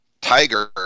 Tiger